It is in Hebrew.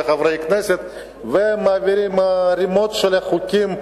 חברי הכנסת ומעבירים ערימות של חוקים.